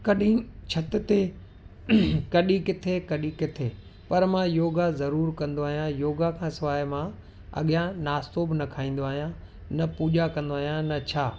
कॾहिं छिति ते कॾहिं किथे कॾहिं किथे पर मां योगा ज़रूरु कंदो आहियां योगा खां सवाइ मां अॻियां नास्तो बि न खाईंदो आहियां न पूॼा कंदो आहियां न छा